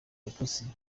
gapusi